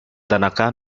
tanaka